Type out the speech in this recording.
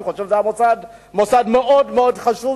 אני חושב שזה מוסד מאוד-מאוד חשוב